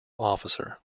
officer